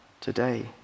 today